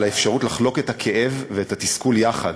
האפשרות לחלוק את הכאב ואת התסכול יחד,